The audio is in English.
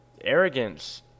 Arrogance